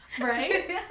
right